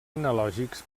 analògics